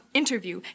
interview